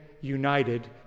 united